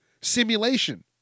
Simulation